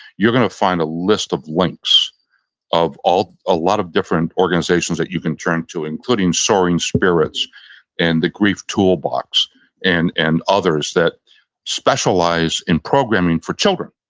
you're going to find a list of links of a lot of different organizations that you can turn to including soaring spirits and the grief toolbox and and others that specialize in programming for children.